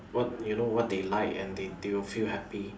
what you know what they like and they they would feel happy